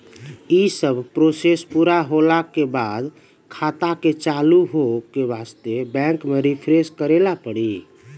यी सब प्रोसेस पुरा होला के बाद खाता के चालू हो के वास्ते बैंक मे रिफ्रेश करैला पड़ी?